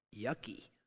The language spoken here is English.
yucky